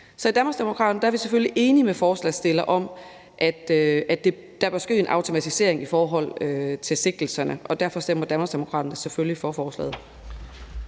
Så i Danmarksdemokraterne er vi selvfølgelig enige med forslagsstillerne i, at der bør ske en automatisering i forhold til sigtelserne, og derfor stemmer Danmarksdemokraterne selvfølgelig for forslaget.